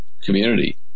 community